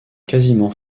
quasiment